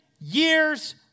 years